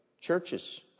churches